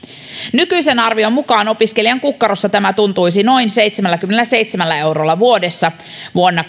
nykyisen arvion mukaan opiskelijan kukkarossa tämä tuntuisi noin seitsemälläkymmenelläseitsemällä eurolla vuodessa vuonna